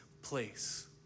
Place